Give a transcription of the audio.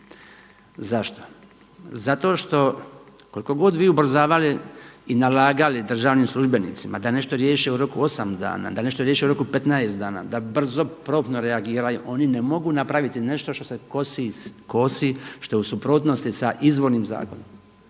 Zašto? Zato što koliko god vi ubrzavali i nalagali državnim službenicima da nešto riješe u roku od 8 dana, da nešto riješe u roku 15 dana, da brzo promptno reagiraju, oni ne mogu napraviti nešto što se kosi, što je u suprotnosti sa izvornim zakonima.